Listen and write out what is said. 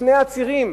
לפני עצירים,